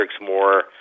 more